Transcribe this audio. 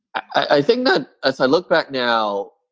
i think that as i look back now,